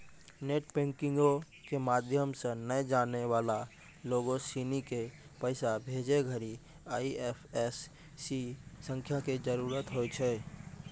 net बैंकिंगो के माध्यमो से नै जानै बाला लोगो सिनी के पैसा भेजै घड़ि आई.एफ.एस.सी संख्या के जरूरत होय छै